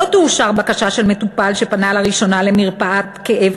לא תאושר בקשה של מטופל שפנה לראשונה למרפאת כאב